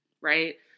right